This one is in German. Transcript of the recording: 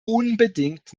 unbedingt